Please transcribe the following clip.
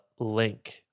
link